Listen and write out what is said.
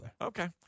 Okay